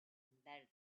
embedded